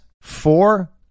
four